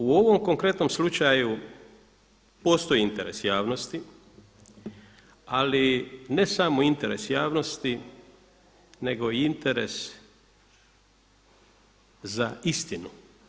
U ovom konkretnom slučaju postoji interes javnosti, ali ne samo interes javnosti, nego i interes za istinu.